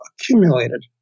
accumulated